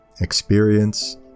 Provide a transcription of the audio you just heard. experience